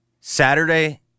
Saturday